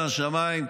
מהשמיים,